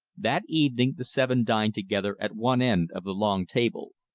that evening the seven dined together at one end of the long table.